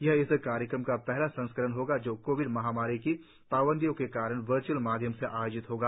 यह इस कार्यक्रम का पहला संस्करण होगा जो कोविड महामारी की पाबंदियों के कारण वर्च्अल माध्यम से आयोजित होगा